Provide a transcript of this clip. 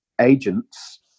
agents